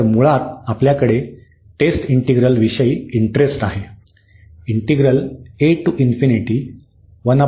तर मुळात आपल्याकडे टेस्ट इंटिग्रल विषयी इंटरेस्ट आहे